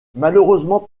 malheureusement